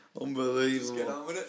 Unbelievable